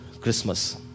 Christmas